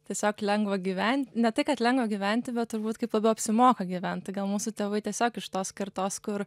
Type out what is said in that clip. tiesiog lengva gyvent ne tai kad lengva gyventi bet turbūt kaip labiau apsimoka gyvent tai gal mūsų tėvai tiesiog iš tos kartos kur